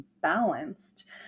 balanced